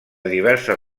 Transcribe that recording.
diverses